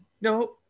no